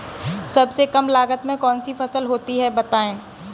सबसे कम लागत में कौन सी फसल होती है बताएँ?